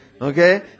Okay